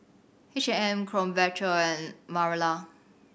H M Krombacher and Barilla